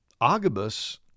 Agabus